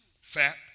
Fat